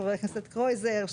חבר הכנסת קרויזר,